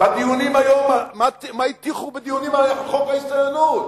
מה הטיחו בדיונים על חוק ההסתננות.